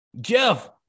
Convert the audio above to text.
Jeff